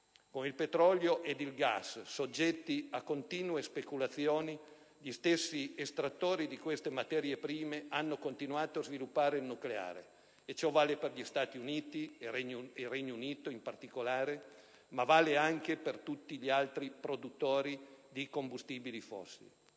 Con il petrolio ed il gas soggetti a continue speculazioni, gli stessi estrattori di tali materie prime hanno continuato a sviluppare il nucleare, e ciò vale in particolare per gli Stati Uniti e il Regno Unito, ma anche per tutti gli altri produttori di combustibili fossili.